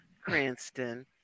Cranston